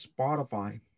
Spotify